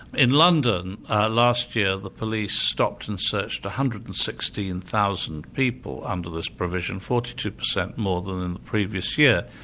in london last year, the police stopped and searched one hundred and sixteen thousand people under this provision, forty two percent more than in the previous year.